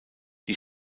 die